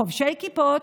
חובשי כיפות,